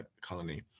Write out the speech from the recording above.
colony